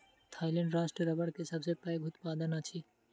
Thailand राष्ट्र रबड़ के सबसे पैघ उत्पादक अछि